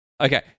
Okay